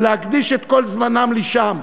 להקדיש את כל זמנם לשם.